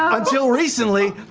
until recently,